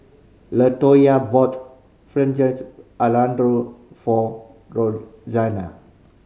Latoyia bought Fettuccine Alfredo for Roxana